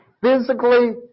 physically